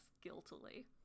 guiltily